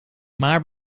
maar